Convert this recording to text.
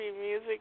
music